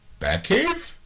Batcave